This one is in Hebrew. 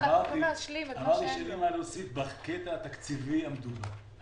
אין לי מה להוסיף בקטע התקציבי המדובר.